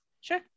Sure